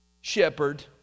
shepherd